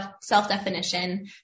self-definition